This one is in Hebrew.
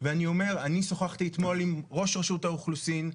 אני שוחחתי אתמול עם ראש רשות האוכלוסין.